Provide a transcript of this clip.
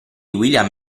william